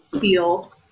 feel